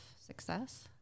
success